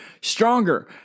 stronger